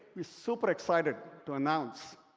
we're super excited to announce